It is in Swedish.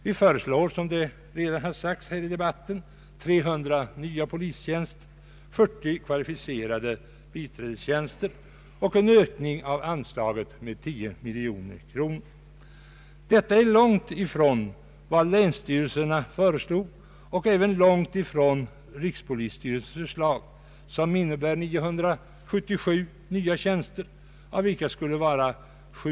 Vi föreslår, som redan sagts i debatten, 300 nya polistjänster, 40 kvalificerade biträdestjänster och en ökning av anslaget med 10 miljoner kronor. Detta är långt ifrån vad länsstyrelserna föreslog och även långt ifrån rikspolisstyrelsens förslag, som innebär 977 nya tjänster, av vilka 775 skulle vara polismän.